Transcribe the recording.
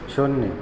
शून्य